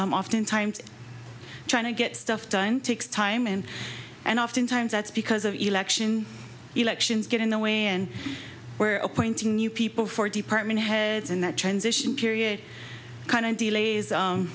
often times trying to get stuff done takes time and and oftentimes that's because of election elections get in the way and appointing new people for department heads in that transition period kind of delays